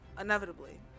inevitably